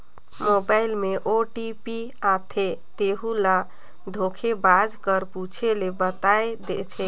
mobile में OTP आथे तेहू ल धोखेबाज कर पूछे ले बताए देथे